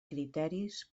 criteris